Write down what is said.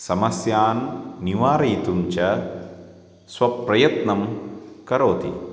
समस्यान् निवारयितुञ्च स्वप्रयत्नं करोति